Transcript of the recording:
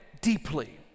deeply